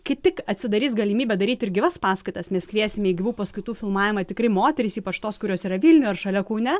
kai tik atsidarys galimybė daryti ir gyvas paskaitas mes kviesim į gyvų paskaitų filmavimą tikrai moteris ypač tos kurios yra vilniuj ar šalia kaune